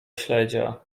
śledzia